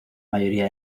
mayoría